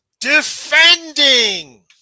defending